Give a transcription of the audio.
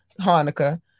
Hanukkah